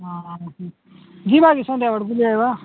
ହଁ ହଁ ଗୁଟେ କି ଯିବା କି ସନ୍ଧ୍ୟାବେଳକୁ ବୁଲି ଆଇବା